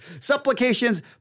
Supplications